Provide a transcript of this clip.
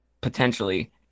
potentially